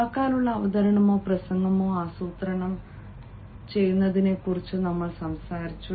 വാക്കാലുള്ള അവതരണമോ പ്രസംഗമോ ആസൂത്രണം ചെയ്യുന്നതിനെക്കുറിച്ച് നമ്മൾ സംസാരിച്ചു